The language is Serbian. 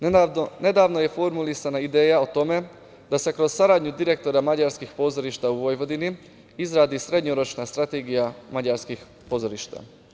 Nedavno je formulisana ideja o tome da se kroz saradnju direktora mađarskih pozorišta u Vojvodini izradi srednjoročna strategija mađarskih pozorišta.